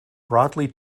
broadly